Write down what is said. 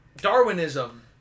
Darwinism